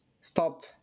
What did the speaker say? stop